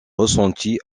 ressentie